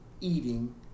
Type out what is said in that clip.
eating